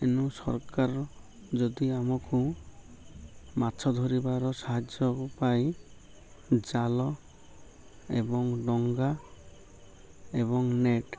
ଏଣୁ ସରକାର ଯଦି ଆମକୁ ମାଛ ଧରିବାର ସାହାଯ୍ୟ ପାଇଁ ଜାଲ ଏବଂ ଡଙ୍ଗା ଏବଂ ନେଟ୍